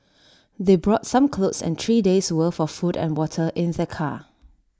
they brought some clothes and three days' worth of food and water in their car